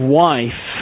wife